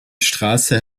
strasse